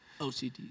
OCD